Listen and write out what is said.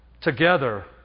Together